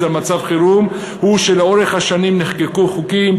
על מצב חירום הוא שלאורך השנים נחקקו חוקים,